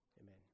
amen